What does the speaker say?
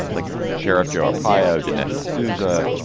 like sheriff joe arpaio, dinesh d'souza,